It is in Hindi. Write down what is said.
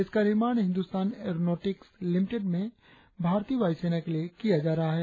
इसका निर्माण हिंदुस्तान एरोनॉटिक्स लिमिटेड में भारतीय वायुसेना के लिये किया जा रहा है